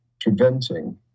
preventing